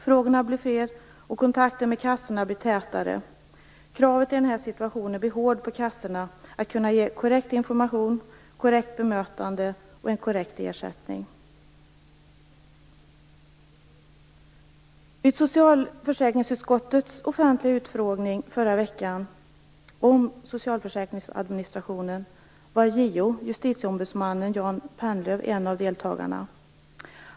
Frågorna blir fler, och kontakterna med kassorna blir tätare. I den här situationen blir kravet hårt på att kassorna kan ge korrekt information, ett korrekt bemötande och en korrekt ersättning. Vid socialförsäkringsutskottets offentliga utfrågning förra veckan om socialförsäkringsadministrationen var justitieombudsmannen Jan Pennlöv en av deltagarna.